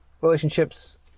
relationships